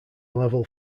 level